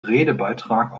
redebeitrag